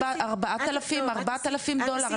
4,000 דולר,